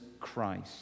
Christ